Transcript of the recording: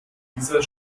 dieser